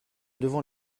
devant